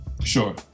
sure